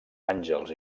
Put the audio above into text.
àngels